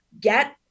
get